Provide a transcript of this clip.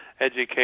education